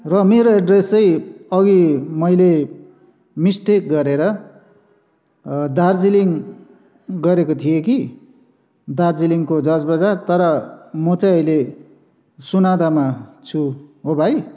र मेरो एड्रेस चाहिँ अघि मैले मिस्टेक गरेर दार्जिलिङ गरेको थिएँ कि दार्जिलिङको जजबजार तर म चाहिँ अहिले सोनादामा छु हो भाइ